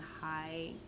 high